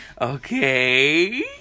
Okay